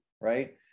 right